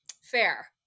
Fair